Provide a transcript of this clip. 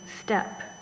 step